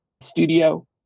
Studio